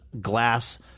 glass